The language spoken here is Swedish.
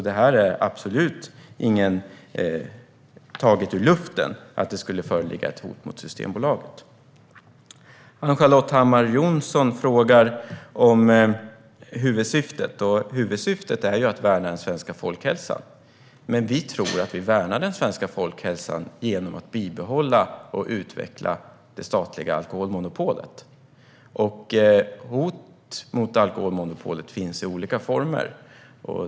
Det är absolut inte taget ur luften att det skulle föreligga ett hot mot Systembolaget. Ann-Charlotte Hammar Johnsson frågar om huvudsyftet. Huvudsyftet är att värna den svenska folkhälsan, men vi tror att vi värnar den svenska folkhälsan genom att bibehålla och utveckla det statliga alkoholmonopolet. Hot mot alkoholmonopolet finns i olika former.